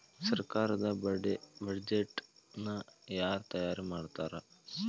ಸರ್ಕಾರದ್ ಬಡ್ಜೆಟ್ ನ ಯಾರ್ ತಯಾರಿ ಮಾಡ್ತಾರ್?